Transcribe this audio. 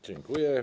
Dziękuję.